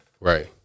Right